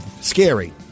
scary